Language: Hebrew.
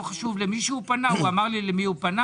הוא אמר לי אל מי הוא פנה,